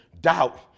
Doubt